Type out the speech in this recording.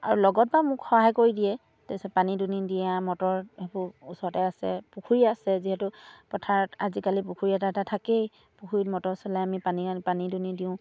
আৰু লগত বাৰু মোক সহায় কৰি দিয়ে তাৰ পিছত পানী দুনি দিয়ে মটৰ সেইবোৰ ওচৰতে আছে পুখুৰী আছে যিহেতু পথাৰত আজিকালি পুখুৰী এটা এটা থাকেই পুখুৰীত মটৰ চলাই আমি পানী পানী দুনি দিওঁ